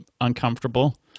uncomfortable